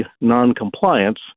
noncompliance